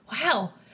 Wow